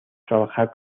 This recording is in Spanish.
trabajar